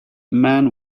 man